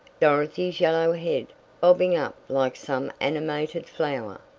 dorothy's yellow head bobbing up like some animated flower.